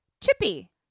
Chippy